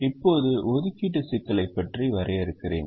இப்போது ஒதுக்கீட்டு சிக்கலை பற்றி வரையறுக்கிறேன்